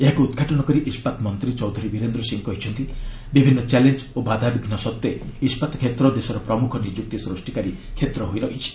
ଏହାକୁ ଉଦ୍ଘାଟନ କରି ଇସ୍କାତ୍ ମନ୍ତ୍ରୀ ଚୌଧୁରୀ ବୀରେନ୍ଦ୍ର ସିଂହ କହିଛନ୍ତି ବିଭିନ୍ନ ଚ୍ୟାଲେଞ୍ଜ ଓ ବାଧାବିଘ୍ନ ସତ୍ତ୍ୱେ ଇସ୍କାତ କ୍ଷେତ୍ର ଦେଶର ପ୍ରମୁଖ ନିଯୁକ୍ତି ସୃଷ୍ଟିକାରୀ କ୍ଷେତ୍ର ରହିଛି